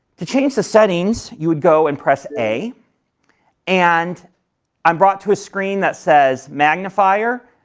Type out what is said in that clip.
to change the settings, you would go and press a and i'm brought to a screen that says magnifier.